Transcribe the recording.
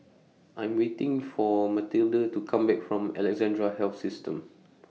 I Am waiting For Mathilde to Come Back from Alexandra Health System